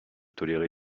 tolérer